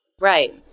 Right